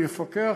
נפקח,